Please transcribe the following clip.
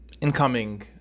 incoming